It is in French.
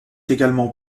également